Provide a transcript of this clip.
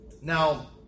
Now